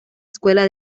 escuela